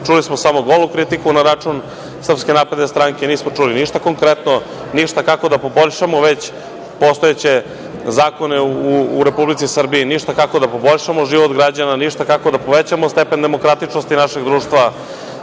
smo samo golu kritiku na račun SNS, nismo čuli ništa konkretno, ništa kako da poboljšamo već postojeće zakone u Republici Srbiji i ništa kako da poboljšamo život građana, ništa kako da povećamo stepen demokratičnosti našeg društva,